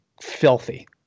filthy